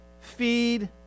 feed